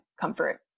comfort